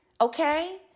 okay